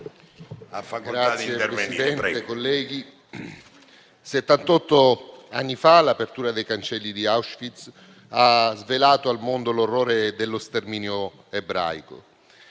Signor Presidente, settantotto anni fa l'apertura dei cancelli di Auschwitz ha svelato al mondo l'orrore dello sterminio ebraico.